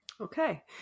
Okay